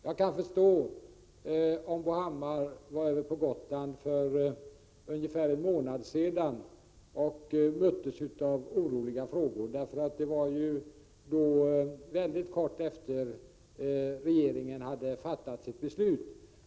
Jag kan förstå om Bo Hammar, när han var på Gotland för ungefär en månad sedan, möttes av frågor som visade på oro. Det var ju väldigt kort tid efter det att regeringen hade fattat sitt beslut.